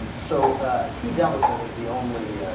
so ah. keys allison is the only ah.